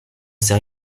sait